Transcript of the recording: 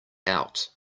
out